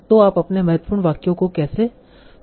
तो आप अपने महत्वपूर्ण वाक्यों को कैसे चुनना चाहते हैं